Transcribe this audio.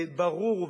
וברור,